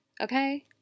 Okay